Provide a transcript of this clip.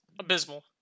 abysmal